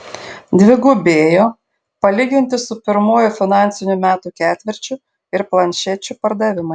dvigubėjo palyginti su pirmuoju finansinių metų ketvirčiu ir planšečių pardavimai